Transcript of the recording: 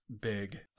big